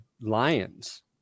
lions